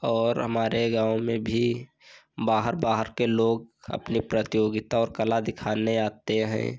और हमारे गाँव में भी बाहर बाहर के लोग अपनी प्रतियोगिता और कला दिखाने आते हैं